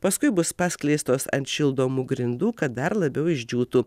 paskui bus paskleistos ant šildomų grindų kad dar labiau išdžiūtų